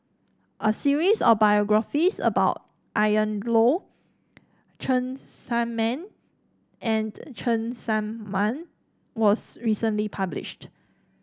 a series of biographies about Ian Loy Cheng Tsang Man and Cheng Tsang Man was recently published